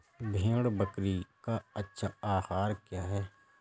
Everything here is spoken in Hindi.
भेड़ बकरी का अच्छा आहार क्या है?